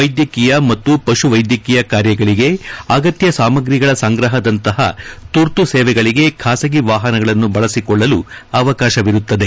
ವೈದ್ಯಕೀಯ ಮತ್ತು ಪಶು ವೈದ್ಯಕೀಯ ಕಾರ್ಯಗಳಿಗೆ ಅಗತ್ಯ ಸಾಮಗ್ರಿಗಳ ಸಂಗ್ರಹದಂತಹ ತುರ್ತು ಸೇವೆಗಳಿಗೆ ಖಾಸಗಿ ವಾಹನಗಳನ್ನು ಬಳಸಿಕೊಳ್ಳಲು ಅವಕಾಶವಿರುತ್ತದೆ